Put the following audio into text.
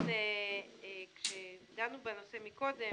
כאשר דנו בנושא קודם,